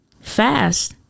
Fast